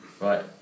right